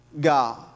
God